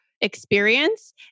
experience